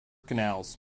canals